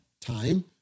time